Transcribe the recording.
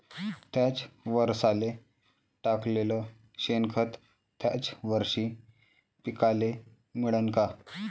थ्याच वरसाले टाकलेलं शेनखत थ्याच वरशी पिकाले मिळन का?